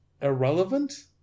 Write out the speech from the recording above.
irrelevant